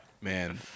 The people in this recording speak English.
Man